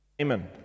Amen